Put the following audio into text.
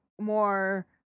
more